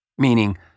meaning